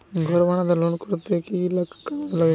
ঘর বানাতে লোন করতে কি কি কাগজ লাগবে?